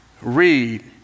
read